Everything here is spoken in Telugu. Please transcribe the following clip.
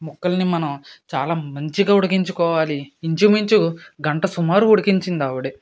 ముక్కలని మనం చాలా మంచిగా ఉడికించుకోవాలి ఇంచుమించు గంట సుమారు ఉడికించింది ఆవిడే